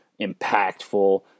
impactful